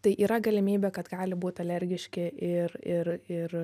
tai yra galimybė kad gali būt alergiški ir ir ir